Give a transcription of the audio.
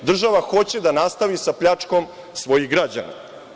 Država hoće da nastavi sa pljačkom svojih građana.